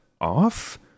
off